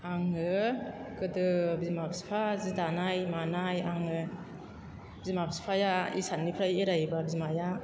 आङो गोदो बिमा बिफा जि दानाय मानाय आङो बिमा बिफाया इसाननिफ्राय एरायोब्ला बिमाया